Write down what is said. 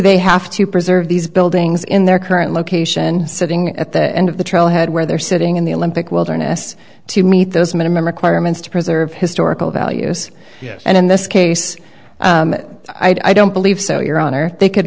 they have to preserve these buildings in their current location sitting at the end of the trailhead where they're sitting in the olympic wilderness to meet those minimum requirements to preserve historical values and in this case i don't believe so your honor they could